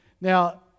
Now